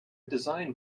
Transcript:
design